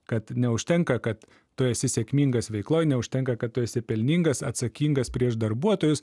kad neužtenka kad tu esi sėkmingas veikloj neužtenka kad tu esi pelningas atsakingas prieš darbuotojus